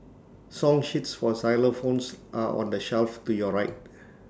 song sheets for xylophones are on the shelf to your right